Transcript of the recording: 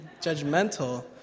Judgmental